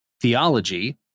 Theology